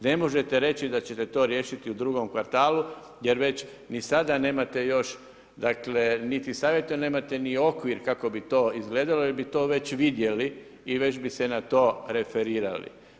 Ne možete reći da ćete to riješiti u drugom kvartalu jer već ni sada nemate još niti savjeta nemate niti okvir kako bi to izgledalo jel bi to već vidjeli i već bi se na to referirali.